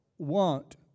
want